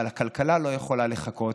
אבל הכלכלה לא יכולה לחכות.